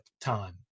time